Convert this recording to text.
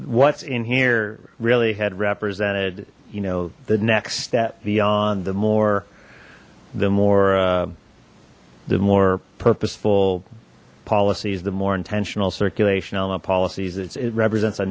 what's in here really had represented you know the next step beyond the more the more the more purposeful policies the more intentional circulation element policies it represents a